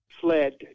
fled